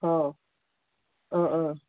ꯑꯥ ꯑꯥ ꯑꯥ